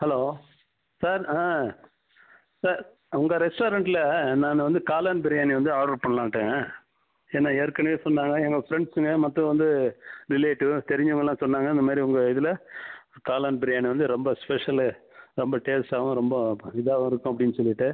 hello sir ஆ sir உங்கள் ரெஸ்டாரண்ட்டில் நான் வந்து காளான் பிரியாணி வந்து ஆட்ரு பண்ணலான்ட்டு ஏன்னால் ஏற்கனவே சொன்னாங்க எங்கள் ஃப்ரெண்ட்ஸுங்கள் மற்றும் வந்து ரிலேட்டிவ் தெரிஞ்சவங்களெலாம் சொன்னாங்க இந்த மாரி உங்கள் இதில் காளான் பிரியாணி வந்து ரொம்ப ஸ்பெஷலு ரொம்ப டேஸ்ட்டாகவும் ரொம்ப இதாகவும் இருக்கும் அப்படின்னு சொல்லிவிட்டு